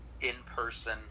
in-person